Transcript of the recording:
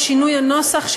היא שינוי הנוסח,